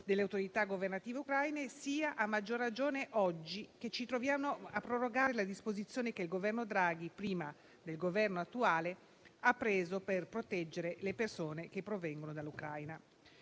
delle autorità governative ucraine, sia a maggior ragione oggi, che ci troviamo a prorogare la disposizione che il Governo Draghi, prima dell'Esecutivo attuale, ha preso per proteggere le persone provenienti dall'Ucraina.